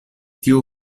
tiu